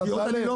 אתה תעלה.